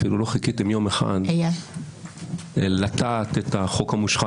אפילו לא חיכיתם יום אחד לטעת את החוק המושחת